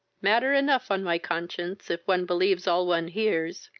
matter enough on my conscience, if one believes all one hears!